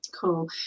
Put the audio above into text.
cool